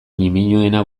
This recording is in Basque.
ñimiñoena